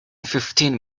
fifteen